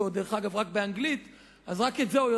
דרך אגב, הם מדברים אתו רק באנגלית.